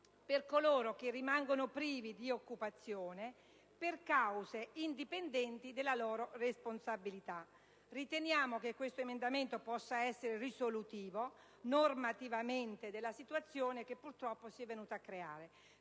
per coloro che rimangono privi di occupazione per cause indipendenti dalla loro responsabilità. Riteniamo che questo emendamento possa essere risolutivo, normativamente, della situazione che purtroppo si è venuta a creare.